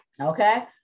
okay